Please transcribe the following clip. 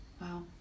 wow